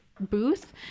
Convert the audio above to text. booth